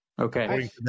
Okay